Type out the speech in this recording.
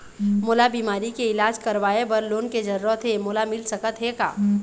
मोला बीमारी के इलाज करवाए बर लोन के जरूरत हे मोला मिल सकत हे का?